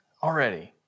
Already